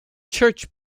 church